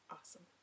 Awesome